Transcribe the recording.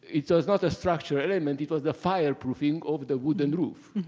it was not a structural element. it was the fire proofing of the wood and roof.